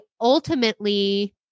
ultimately